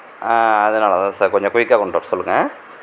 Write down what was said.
அதனால்தான் சார் கொஞ்சம் குயிக்காக கொண்டு வர சொல்லுங்கள்